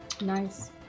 Nice